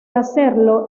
hacerlo